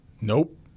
Nope